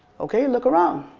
okay, look around.